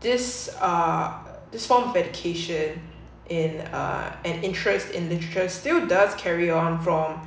this uh this form of education in a an interest in literature still does carry on from